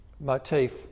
Motif